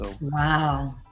Wow